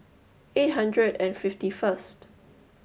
eight hundred and fifty first